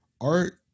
Art